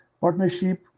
partnership